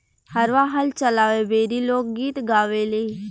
हरवाह हल चलावे बेरी लोक गीत गावेले